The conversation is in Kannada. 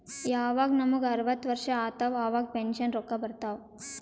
ಯವಾಗ್ ನಮುಗ ಅರ್ವತ್ ವರ್ಷ ಆತ್ತವ್ ಅವಾಗ್ ಪೆನ್ಷನ್ ರೊಕ್ಕಾ ಬರ್ತಾವ್